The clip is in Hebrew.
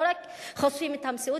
ולא רק חושפים את המציאות,